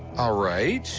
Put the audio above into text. all right